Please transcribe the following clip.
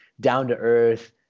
down-to-earth